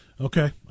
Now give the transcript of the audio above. Okay